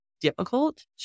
difficult